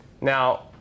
Now